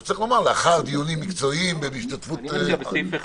אז צריך לומר: לאחר דיונים מקצועיים ובהשתתפות --- זה כתוב.